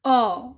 oh